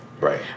Right